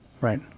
Right